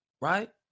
right